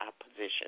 opposition